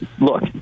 Look